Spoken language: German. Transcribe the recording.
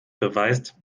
beweist